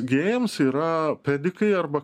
gėjams yra pedikai arba